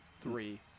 Three